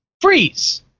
Freeze